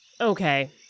okay